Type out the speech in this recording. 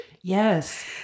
Yes